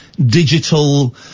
digital